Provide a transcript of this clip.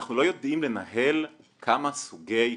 אנחנו לא יודעים לנהל כמה סוגי חסימות,